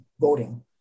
voting